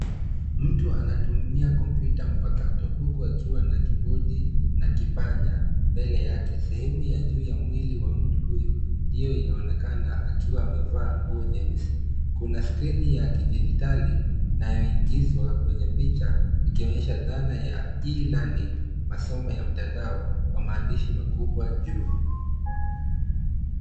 Mtu anatumia kompyuta mpakato huku akiwa na kibodi na kipanya mbele yake. Sehemu ya juu ya mwili wa mtu huyo ndio inaonekana akiwa amevaa nguo nyeusi. Kuna skrini ya kidjitali inayoingizwa kwenye picha ikionyesha dhana ya e-learning , masomo ya mtandao, kwa maandishi makubwa juu.